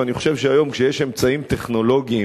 אני חושב שהיום, כשיש אמצעים טכנולוגיים,